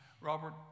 Robert